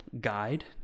guide